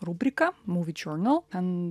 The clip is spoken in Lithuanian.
rubriką movie journal en